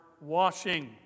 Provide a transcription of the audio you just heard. washing